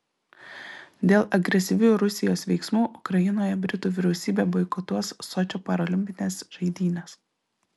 dėl agresyvių rusijos veiksmų ukrainoje britų vyriausybė boikotuos sočio paralimpines žaidynes